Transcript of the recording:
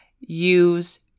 use